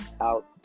out